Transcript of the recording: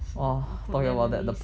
so good memories